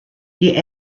die